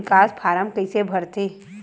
निकास फारम कइसे भरथे?